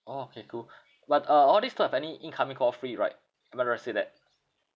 orh okay cool but uh all these come with any incoming call free right am I right to say that